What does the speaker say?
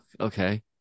okay